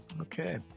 Okay